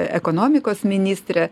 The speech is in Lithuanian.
ekonomikos ministrė